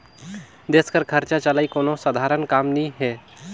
देस कर खरचा चलई कोनो सधारन काम नी हे